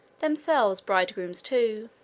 themselves bridegrooms too.